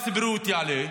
מס הבריאות יעלה,